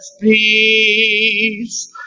peace